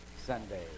Sunday